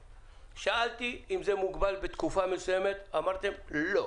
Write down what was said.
שאלתי אם זה מוגבל בתקופה מסוימת, אמרתם, לא.